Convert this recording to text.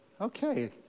Okay